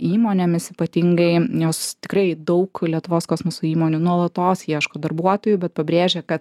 įmonėmis ypatingai jos tikrai daug lietuvos kosmoso įmonių nuolatos ieško darbuotojų bet pabrėžia kad